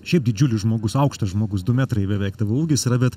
šiaip didžiulis žmogus aukštas žmogus du metrai beveik tavo ūgis yra bet